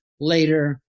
later